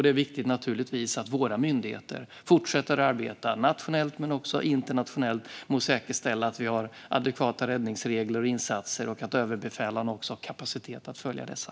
Det är naturligtvis viktigt att våra myndigheter fortsätter att arbeta både nationellt och internationellt med att säkerställa att det finns adekvata räddningsregler och insatser samt att befälhavarna har kapacitet att följa dessa.